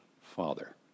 Father